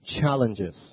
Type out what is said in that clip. challenges